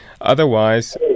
Otherwise